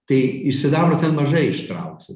tai iš sidabro ten mažai ištrauksi